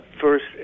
first